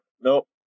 nope